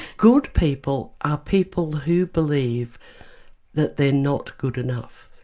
good people are people who believe that they are not good enough.